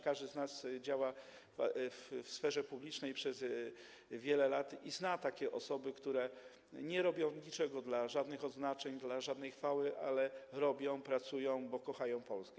Każdy z nas działa w sferze publicznej przez wiele lat i zna takie osoby, które nie robią niczego dla żadnych odznaczeń, dla żadnej chwały, tylko robią, pracują, bo kochają Polskę.